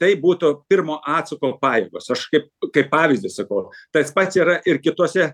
tai būtų pirmo atsako pajėgos aš kaip kaip pavyzdį sakau aš tas pats yra ir kituose